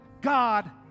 God